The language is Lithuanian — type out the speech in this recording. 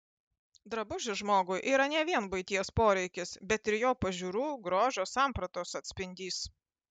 drabužis žmogui yra ne vien buities poreikis bet ir jo pažiūrų grožio sampratos atspindys